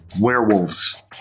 Werewolves